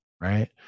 right